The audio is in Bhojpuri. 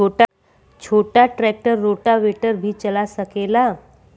छोटा ट्रेक्टर रोटावेटर भी चला सकेला?